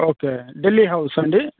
okay Delhi house అండి